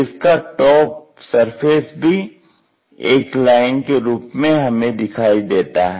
इसका top surface भी एक लाइन के रूप में हमें दिखाई देता है